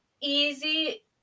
easy